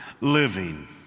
living